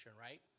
right